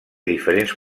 diferents